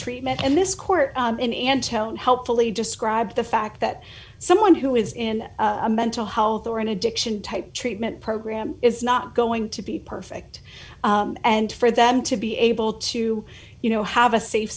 treatment and this court in antonio helpfully described the fact that someone who is in a mental health or an addiction type treatment program is not going to be perfect and for them to be able to you know have a safe